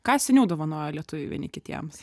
ką seniau dovanojo lietuviai vieni kitiems